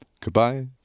Goodbye